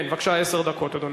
בבקשה, עשר דקות, אדוני.